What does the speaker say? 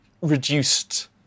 reduced